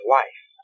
life